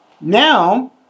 now